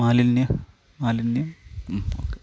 മാലിന്യ മാലിന്യ